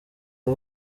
aho